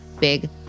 big